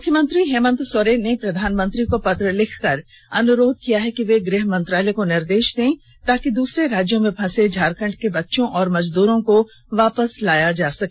मुख्यमंत्री हेमंत सोरेन ने प्रधानमंत्री को पत्र लिखकर यह अनुरोध किया है कि वे गृह मंत्रालय को निर्देश दें ताकि दूसरे राज्यों में फंसे झारखण्ड के बच्चों और मजदूरों को वापस लाया जा सके